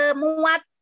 muat